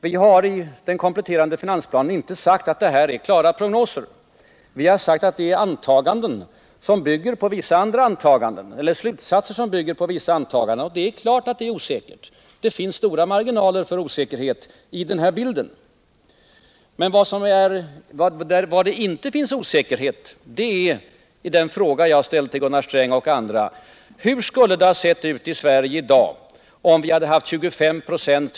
Vi har i den kompletterande finansplanen inte sagt att vi redovisat klara prognoser, utan vi har sagt att det är slutsatser, som bygger på vissa antaganden. Det är klart att det är osäkert — det finns stora osäkerhetsmarginaler i den här bilden. Vad det däremot inte råder någon osäkerhet om är det som ligger bakom den fråga som jag ställt till Gunnar Sträng och andra: Hur skulle det ha sett ut i dag om vi hade haft 25 ".